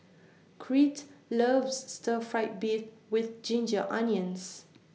Crete loves Stir Fry Beef with Ginger Onions